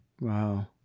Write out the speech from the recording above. Wow